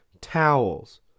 towels